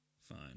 Fine